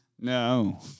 No